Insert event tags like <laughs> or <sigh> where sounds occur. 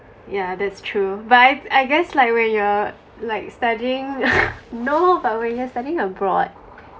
yeah that's true but I I guess like when you're like studying <laughs> no but when you're studying abroad